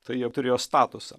tai jie turėjo statusą